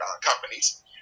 companies